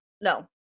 No